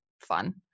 fun